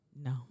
no